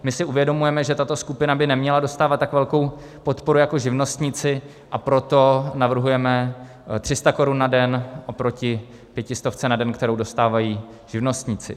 My si uvědomujeme, že tato skupina by neměla dostávat tak velkou podporu jako živnostníci, a proto navrhujeme 300 korun na den oproti pětistovce na den, kterou dostávají živnostníci.